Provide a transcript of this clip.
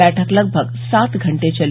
बैठक लगभग सात घंटे चली